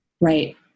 right